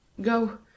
Go